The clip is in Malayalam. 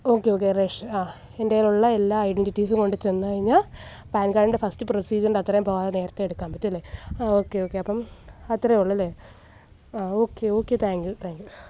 ഓക്കെ ഓക്കെ റേഷ് ആ എൻ്റെ കയ്യിൽ ഉള്ള എല്ലാ ഐഡന്റിറ്റീസും കൊണ്ടു ചെന്നുകഴിഞ്ഞാൽ പാൻ കാർഡിൻ്റെ ഫസ്റ്റ് പ്രോസിജിയറിൻ്റെ അത്രയും ഭാഗം നേരത്തെ എടുക്കാൻ പറ്റും അല്ലെ ആ ഓക്കെ ഓക്കെ അപ്പം അത്രയേയുള്ളു അല്ലെ ആ okay okay thank you thank you